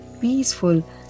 peaceful